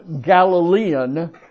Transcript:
Galilean